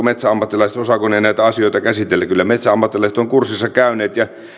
metsäammattilaiset näitä asioita käsitellä kyllä metsäammattilaiset ovat kurssinsa käyneet ja